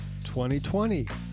2020